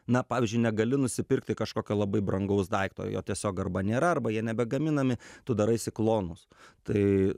na pavyzdžiui negali nusipirkti kažkokio labai brangaus daikto jo tiesiog arba nėra arba jie nebegaminami tu daraisi klonus tai